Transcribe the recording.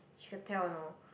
she could tell you know